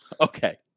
Okay